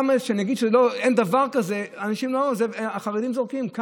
כמה שנגיד שאין דבר כזה, החרדים זורקים?